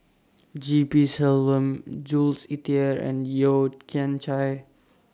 G P Selvam Jules Itier and Yeo Kian Chai